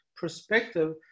perspective